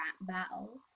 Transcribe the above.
battle